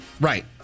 Right